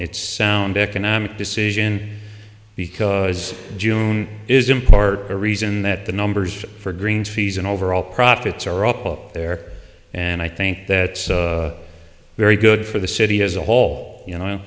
it's sound economic decision because june is in part a reason that the numbers for green fees and overall profits are up up there and i think that's very good for the city as a whole you know